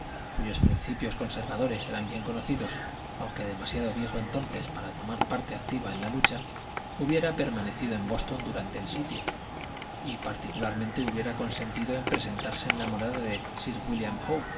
cuyos principios conservadores eran bien conocidos aunque demasiado viejo entonces para tomar parte activa en la lucha hubiera permanecido en boston durante el sitio y particularmente hubiera consentido en presentarse en la morada de sir wílliam